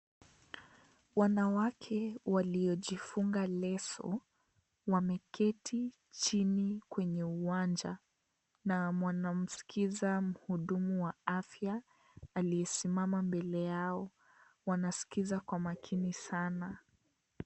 Wanawake waliojifunga leso wameketi chini kwenye uwanja na wanamskiza muhudumu wa afia alie simama mbele yao wanaskiza kwa makii sana.